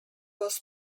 was